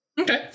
Okay